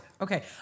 Okay